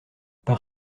par